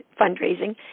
fundraising